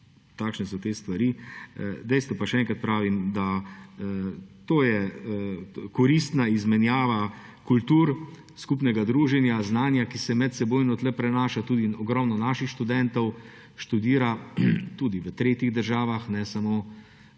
Takšne so te stvari. Dejstvo pa, še enkrat pravim, da to je koristna izmenjava kultur, skupnega druženja, znanja, ki se medsebojno tukaj prenaša. Tudi ogromno naših študentov študira tudi v tretjih državah, ne samo v